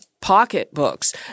pocketbooks